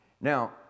Now